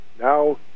now